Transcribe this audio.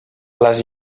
les